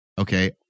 Okay